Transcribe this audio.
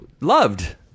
Loved